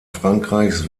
frankreichs